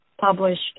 published